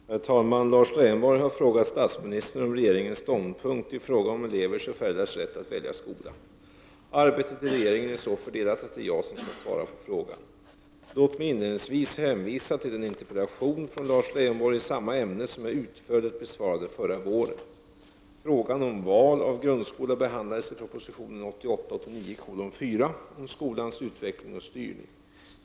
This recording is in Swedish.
Herr talman! Lars Leijonborg har frågat statsministern om regeringens ståndpunkt i frågan om elevers och föräldrars rätt att välja skola. Arbetet i regeringen är så fördelat att det är jag som skall svara på frågan. Låt mig inledningsvis hänvisa till den interpellation från Lars Leijonborg i samma ämne som jag utförligt besvarade förra våren. Frågan om val av grundskola behandlades i propositionen 1988/89:4 om skolans utveckling och styrning .